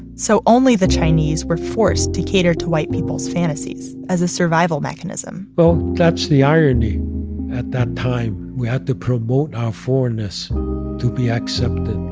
so only the chinese were forced to cater to white people's fantasies as a survival mechanism well, that's the irony at that time. we had to promote our foreignness to be accepted